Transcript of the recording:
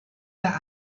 der